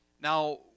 Now